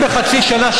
אם בחצי שנה,